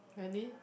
really